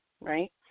right